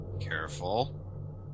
Careful